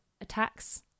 attacks